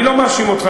אני לא מאשים אותך.